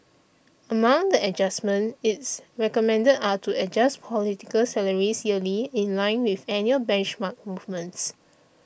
among the adjustments it recommended are to adjust political salaries yearly in line with annual benchmark movements